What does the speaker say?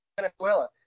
Venezuela